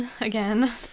again